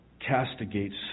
castigates